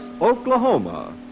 Oklahoma